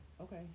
Okay